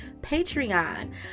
Patreon